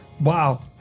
Wow